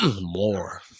more